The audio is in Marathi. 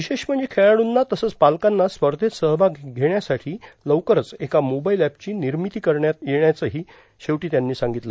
विशेष म्हणजे खेळाडूंना तसंच पालकांना स्पर्धेत सहभाग घेण्यासाठी लवकरच एका मोबाईल एपची निर्मिती करणार असल्याचंही शेवटी त्यांनी सांगितलं